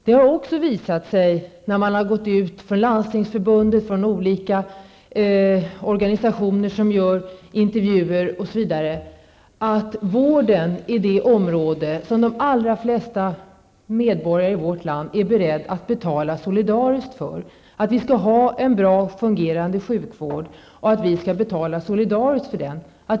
Det har också visat sig, när Landstingsförbundet och olika organisationer har gjort intervjuer m.m., att vården är det område som de allra flesta medborgare i vårt land är beredda att betala solidariskt för. De vill ha en bra och fungerande sjukvård, som vi skall betala solidariskt för.